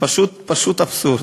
פשוט אבסורד.